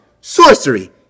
sorcery